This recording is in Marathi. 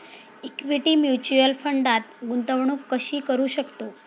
इक्विटी म्युच्युअल फंडात गुंतवणूक कशी करू शकतो?